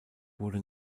wurde